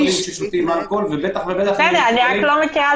אפשר גם לחייב